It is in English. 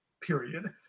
period